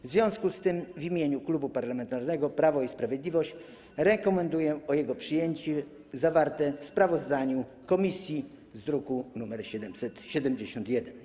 W związku z tym w imieniu Klubu Parlamentarnego Prawo i Sprawiedliwość rekomenduję przyjęcie projektu zawartego w sprawozdaniu komisji, druk nr 771.